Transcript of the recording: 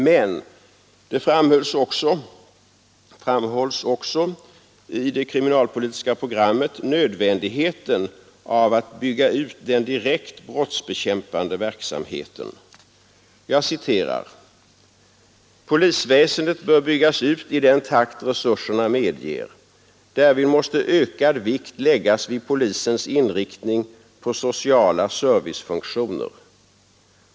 Men i det kriminalpolitiska programmet framhålls ock nödvändigheten av att bygga ut den direkt brottsbekämpande verksam heten. Jag citerar: ”Polisväsendet bör byggas ut i den takt resurserna medger. Därvid måste ökad vikt läggas vid polisens inriktning på sociala servicefunktioner.